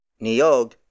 Niog